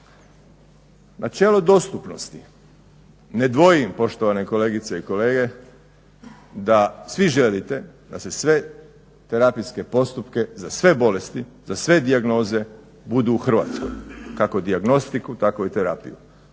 Načelo dostupnosti, ne dvojim poštovane kolegice i kolege da svi želite da se svi terapijski postupci za sve bolesti, za sve dijagnoze budu u Hrvatskoj, kao dijagnostiku tako i terapiju.